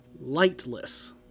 lightless